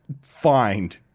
find